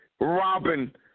Robin